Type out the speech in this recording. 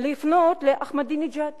לפנות לאחמדינג'אד